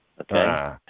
Okay